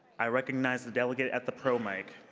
i recognize the delegate at the pro mic.